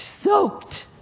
soaked